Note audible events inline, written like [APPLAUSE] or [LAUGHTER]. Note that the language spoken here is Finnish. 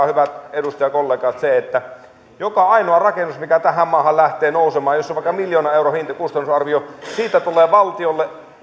[UNINTELLIGIBLE] hyvät edustajakollegat se että joka ainoasta rakennuksesta mikä tähän maahan lähtee nousemaan jos on vaikka miljoonan euron kustannusarvio tulee valtiolle